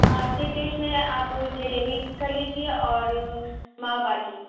ہاں sweet dish میں آپ ایک جلیبی کر لیجیے اور ماہ باٹی